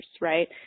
right